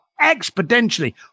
exponentially